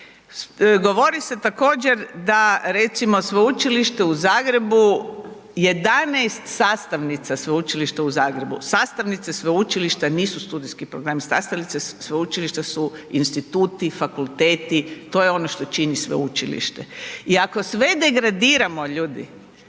Govori se također da recimo Sveučilište u Zagreb, 11 sastavnica Sveučilišta u Zagrebu, sastavnice sveučilišta nisu studijski programi, sastavnice sveučilišta su instituti, fakulteti, to je ono što čini sveučilište i ako sve degradiramo ljudi,